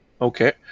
Okay